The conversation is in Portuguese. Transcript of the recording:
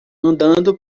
andando